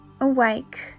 awake